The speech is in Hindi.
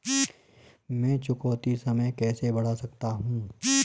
मैं चुकौती समय कैसे बढ़ा सकता हूं?